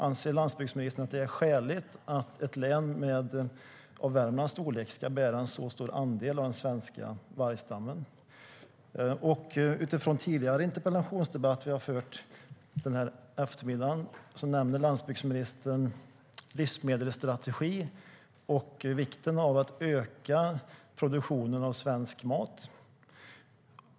Anser landsbygdsministern att det är skäligt att ett län av Värmlands storlek ska ha en så stor andel av den svenska vargstammen? Utifrån tidigare interpellationsdebatter denna eftermiddag nämner landsbygdsministern livsmedelsstrategin och vikten av att öka produktionen av svensk mat.